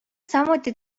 samuti